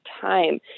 time